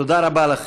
תודה רבה לכם.